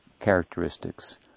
characteristics